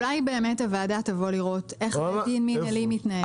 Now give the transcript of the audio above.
אולי באמת הוועדה תבוא לראות איך בית דין מנהלי מתנהל?